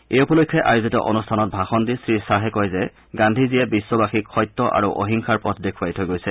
এই উপলক্ষে আয়োজিত অনূষ্ঠানত ভাষণ দি শ্ৰী শ্বাহে কয় যে গান্ধীজীয়ে বিশ্বাসীক সত্য আৰু অহিংসাৰ পথ দেখুৱাই থৈ গৈছে